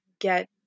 get